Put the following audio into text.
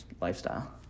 lifestyle